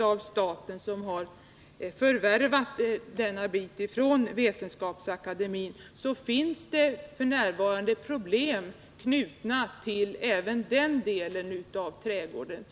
av staten, finns det problem som berör denna del av anläggningen.